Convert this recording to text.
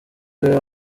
iwe